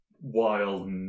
wild